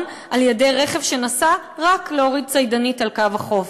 על-ידי רכב שנסע רק להוריד צידנית על קו החוף.